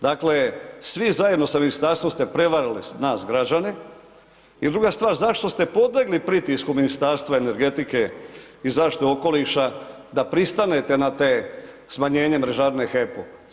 Dakle, svi zajedno sa ministarstvom ste prevarili nas građane i druga stvar, zašto ste podlegli pritisku Ministarstva energetike i zaštite okoliša da pristanete na te smanjenje mrežarine HEP-u?